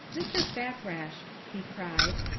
mr. fakrash, he cried,